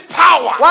power